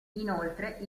inoltre